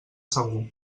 segur